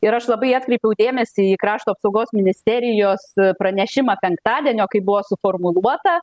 ir aš labai atkreipiau dėmesį į krašto apsaugos ministerijos pranešimą penktadienio kai buvo suformuluota